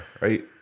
right